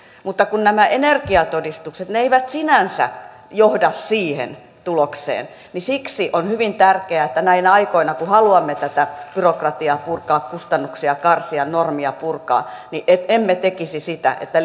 mutta kun nämä energiatodistukset eivät sinänsä johda siihen tulokseen niin siksi on hyvin tärkeää että näinä aikoina kun haluamme tätä byrokratiaa purkaa kustannuksia karsia normeja purkaa emme tekisi sitä ja että